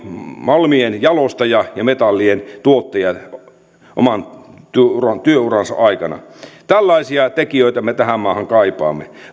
malmien jalostaja ja metallien tuottaja oman työuransa työuransa aikana tällaisia tekijöitä me tähän maahan kaipaamme